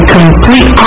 complete